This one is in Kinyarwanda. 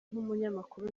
nk’umunyamakuru